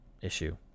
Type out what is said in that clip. issue